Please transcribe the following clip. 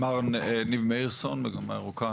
מר ניב מאירסון, מגמה ירוקה.